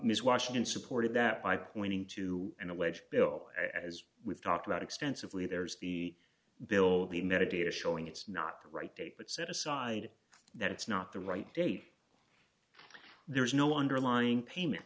ms washington supported that by pointing to an alleged bill as we've talked about extensively there's the bill the meditator showing it's not the right date but set aside that it's not the right date there is no underlying payment